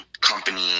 company